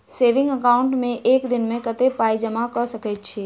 Saving account मे एक दिनमे कतेक पाई जमा कऽ सकैत छी?